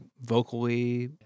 vocally